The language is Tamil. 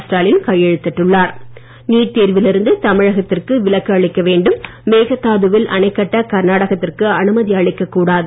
ஸ்டாலின் கையெழுத்திட்டுள்ளார் நீட் தேர்வில் இருந்து தமிழகத்திற்கு விலக்கு அளிக்க வேண்டும் மேகதாதுவில் அணைக்கட்ட கர்நாடகத்திற்கு அனுமதி அளிக்க கூடாது